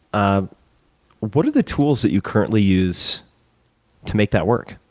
ah what are the tools that you currently use to make that work?